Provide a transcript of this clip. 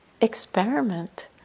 experiment